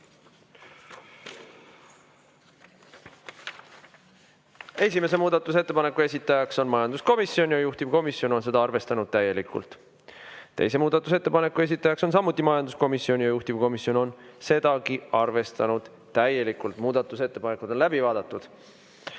Esimese muudatusettepaneku esitajaks on majanduskomisjon ja juhtivkomisjon on seda arvestanud täielikult. Teise muudatusettepaneku esitajaks on samuti majanduskomisjon ja juhtivkomisjon on sedagi arvestanud täielikult. Muudatusettepanekud on läbi